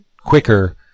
quicker